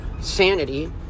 sanity